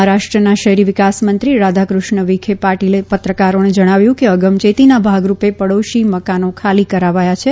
મહારાષ્ટ્રના શહેરી વિકાસમંત્રી રાધાકુષ્ણ વિખે પાટીલે પત્રકારોને જણાવ્યું કે અગમચેતીના ભાગરૂપે પડોશી મકાનો ખાલી કરાવાય છે